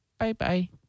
Bye-bye